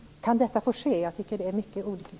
Kan detta få ske? Jag tycker att det är mycket olyckligt.